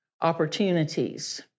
opportunities